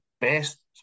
best